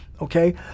Okay